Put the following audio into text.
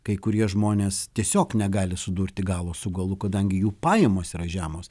kai kurie žmonės tiesiog negali sudurti galo su galu kadangi jų pajamos yra žemos